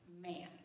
man